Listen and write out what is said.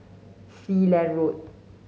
Sealand Road